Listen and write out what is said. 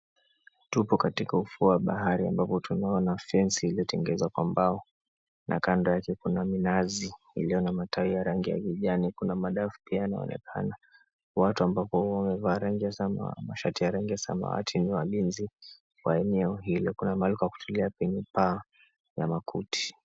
Tupo katika ufuo wa bahari ambapo tunaona fensi iliyotengenezwa na mbao na kando yake kuna minazi iliyo na matawi ya rangi ya kijani. Kuna madafu pia yanaonekana. Watu ambapo wamevaa mashati rangi ya samawati ni walinzi wa eneo hilo . Kuna pahali pa kutulia yenye paa la makuti.